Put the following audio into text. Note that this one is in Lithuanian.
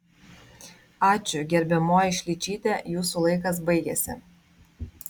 ačiū gerbiamoji šličyte jūsų laikas baigėsi